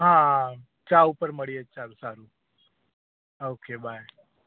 હા ચા ઉપર મળીએ સારું સારું ઓકે બાય